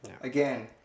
again